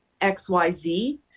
XYZ